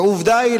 ועובדה היא,